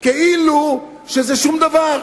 כאילו שזה שום דבר.